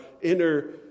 inner